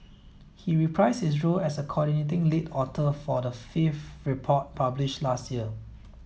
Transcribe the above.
he reprised his role as a coordinating lead author for the fifth report published last year